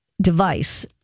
device